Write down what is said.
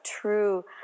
true